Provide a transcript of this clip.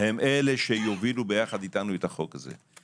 הם שיובילו אתנו את החוק הזה.